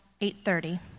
830